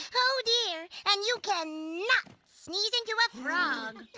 oh dear and you can not sneeze into a frog.